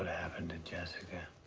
happened to jessica,